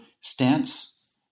stance